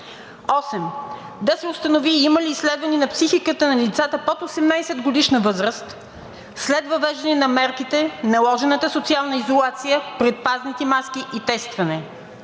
1.8. Да се установи има ли изследване на психиката на децата под 18-годишна възраст след въвеждане на мерките, наложената социална изолация, предпазни маски и тестване.